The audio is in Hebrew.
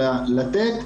אלא לתת.